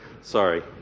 Sorry